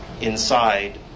inside